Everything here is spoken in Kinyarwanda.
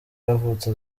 yavutse